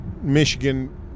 Michigan